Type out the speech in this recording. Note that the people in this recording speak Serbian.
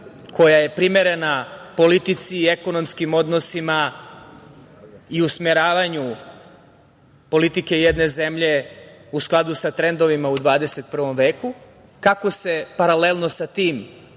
koja je primerena politici i ekonomskim odnosima i usmeravanju politike jedne zemlje u skladu sa trendovima u 21. veku, kako paralelno sa tim